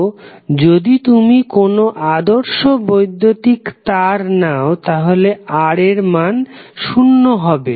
তো যদি তুমি কোন আদর্শ বৈদ্যুতিক তার নাও তাহলে R এর মান শূন্য হবে